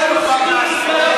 חצוף.